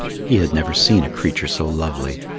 he had never seen a creature so lovely.